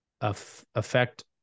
affect